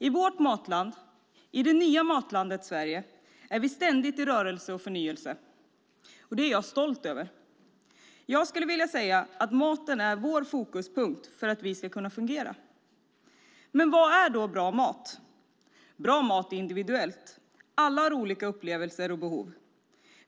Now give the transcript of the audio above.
I vårt matland, i det nya matlandet Sverige, är vi ständigt i rörelse och förnyelse. Det är jag stolt över. Jag skulle vilja säga att maten är vår fokuspunkt för att vi ska kunna fungera. Vad är då bra mat? Bra mat är individuell. Alla har olika upplevelser och behov.